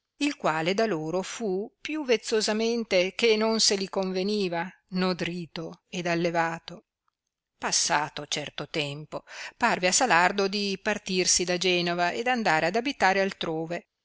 il quale da loro fu più vezzosamente che non se li conveniva nodrito ed allevato passato certo tempo parve a salardo di partirsi di genova ed andar ad abitare altrove